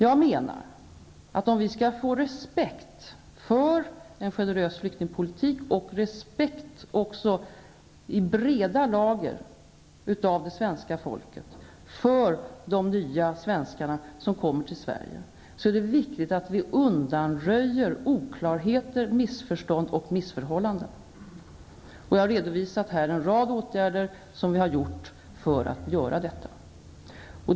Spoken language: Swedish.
Jag menar att om vi skall få respekt för en generös flyktingpolitik och respekt också i breda lager av det svenska folket för de nya svenskar som kommer hit till Sverige, är det viktigt att vi undanröjer oklarheter, missförstånd och missförhållanden. Jag har här redovisat en rad åtgärder som vi har vidtagit för att göra detta.